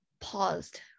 paused